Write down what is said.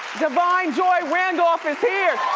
da'vine joy randolph is here.